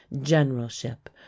generalship